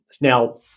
Now